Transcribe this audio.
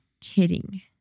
kidding